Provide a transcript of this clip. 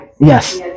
Yes